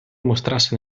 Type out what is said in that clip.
mostrasse